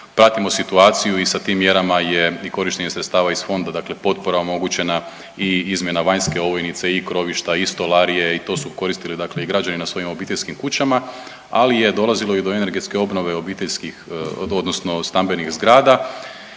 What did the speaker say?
pratimo situaciju i sa tim mjerama i korištenje sredstava iz fonda dakle potpora omogućena i izmjena vanjske ovojnice i krovišta i stolarije i to su koristili dakle i građani na svojim obiteljskim kućama, ali je dolazilo i do energetske obnove obiteljskih odnosno stambenih zgrada